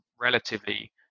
relatively